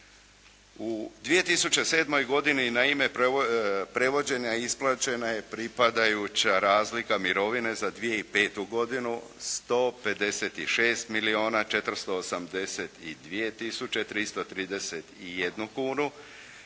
U 2007. godini na ime prevođenja isplaćena je pripadajuća razlika mirovine za 2005. godinu, 156 milijuna